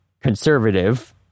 conservative